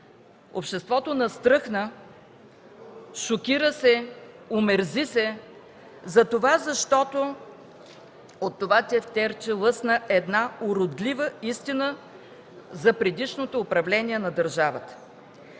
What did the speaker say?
Обществото настръхна, шокира се, омерзи се, защото от това тефтерче лъсна една уродлива истина за предишното управление на държавата.